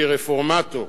כרפורמטור.